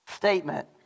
Statement